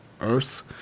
Earth